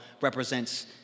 represents